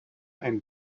ein